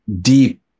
deep